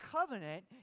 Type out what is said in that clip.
covenant